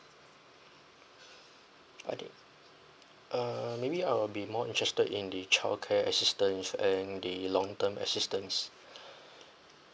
okay uh maybe I'll be more interested in the childcare assistance and the long term assistance